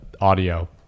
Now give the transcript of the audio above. audio